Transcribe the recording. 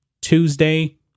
Tuesday